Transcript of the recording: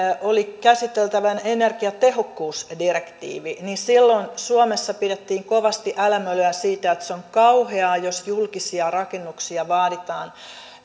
oli käsiteltävänä energiatehokkuusdirektiivi niin silloin suomessa pidettiin kovasti älämölöä siitä että on kauheaa jos julkisia rakennuksia vaaditaan